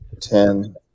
ten